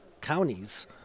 counties